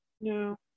No